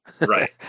Right